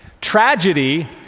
Tragedy